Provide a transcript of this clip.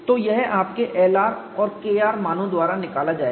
तो यह आपके Lr और Kr मानों द्वारा निकाला जाएगा